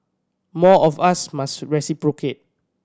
more of us must reciprocate